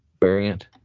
variant